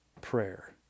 prayer